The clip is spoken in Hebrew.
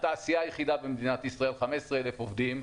התעשייה היחידה במדינת ישראל עם 15,000 עובדים,